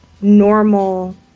normal